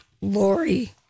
Lori